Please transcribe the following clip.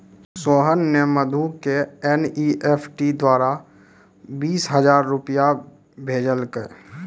सोहन ने मधु क एन.ई.एफ.टी द्वारा बीस हजार रूपया भेजलकय